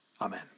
Amen